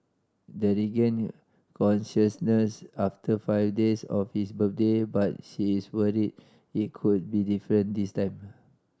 the regained consciousness after five days of his birthday but she is worried it could be different this time